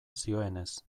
zioenez